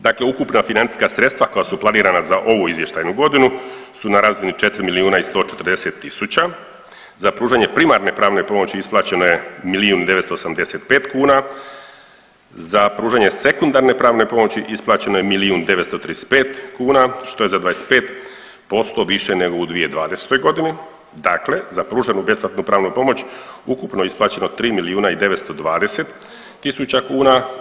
Dakle, ukupna financijska sredstva koja su planirana za ovu izvještajnu godinu su na razini 4.140 tisuća, za pružanje primarne pravne pomoći isplaćeno je milijun i 985 kuna, za pružanje sekundarne pravne pomoći isplaćeno je milijun i 935 kuna što je za 25% više nego u 2020.g., dakle za pruženu besplatnu pravnu pomoć ukupno je isplaćeno 3 milijuna i 920 tisuća kuna.